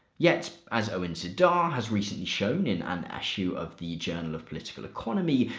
yet, as owen zidar has recently shown in an issue of the journal of political economy,